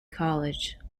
college